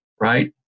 right